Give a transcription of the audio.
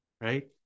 right